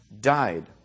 died